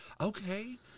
okay